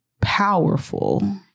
powerful